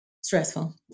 stressful